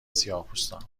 سیاهپوستان